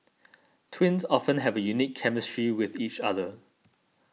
twins often have a unique chemistry with each other